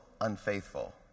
unfaithful